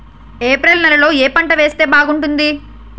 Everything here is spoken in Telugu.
ఏప్రిల్ నెలలో ఏ పంట వేస్తే బాగుంటుంది?